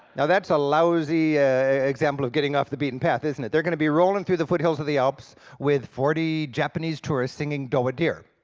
now that's a lousy example of getting off the beaten path, isn't it. they're going to be rolling through the foothills of the alps with forty japanese tourists singing, doe a deer.